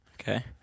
Okay